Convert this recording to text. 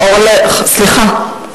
סליחה,